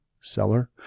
seller